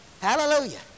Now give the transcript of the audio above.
Hallelujah